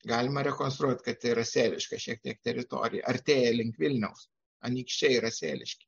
galima rekonstruoti kad tai yra sėliška šiek tiek teritorija artėja link vilniaus anykščiai yra sėliški